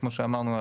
כמו שאמרנו,